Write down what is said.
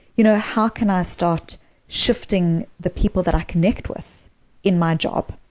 you know how can i start shifting the people that i connect with in my job?